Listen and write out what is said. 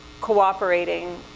cooperating